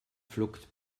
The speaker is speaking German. flockt